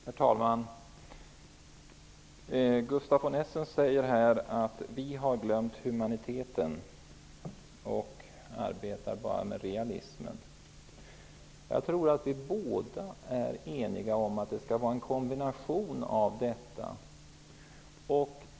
Herr talman! Gustaf von Essen säger här att vi i Ny demokrati har glömt humaniteten och bara arbetar med realismen. Jag tror att vi båda är eniga om att det skall vara en kombination av dessa.